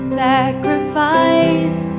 sacrifice